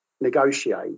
negotiate